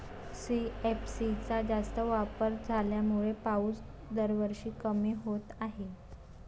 CFC चा जास्त वापर झाल्यामुळे पाऊस दरवर्षी कमी होत आहे